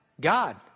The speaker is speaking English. God